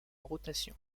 rotation